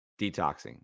detoxing